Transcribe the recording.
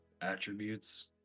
attributes